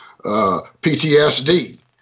PTSD